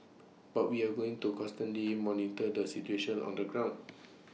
but we are going to constantly monitor the situation on the ground